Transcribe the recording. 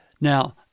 Now